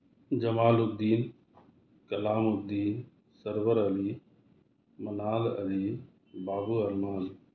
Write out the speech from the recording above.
Jamal uddin Kalamuddin Sarwar Ali Manal Ali Babu Arman